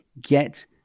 Get